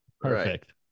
Perfect